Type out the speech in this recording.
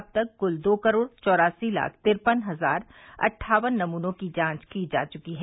अब तक क्ल दो करोड़ चौरासी लाख तिरपन हजार अट्ठावन नमूनों की जांच की जा चुकी है